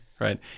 right